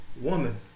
woman